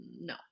No